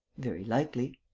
very likely.